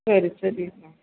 சரி சரி மேம்